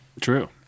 True